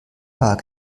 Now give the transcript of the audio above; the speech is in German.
bar